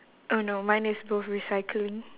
oh no mine is both recycling